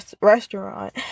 restaurant